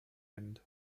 end